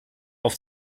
auf